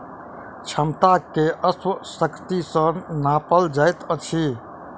क्षमता के अश्व शक्ति सॅ नापल जाइत अछि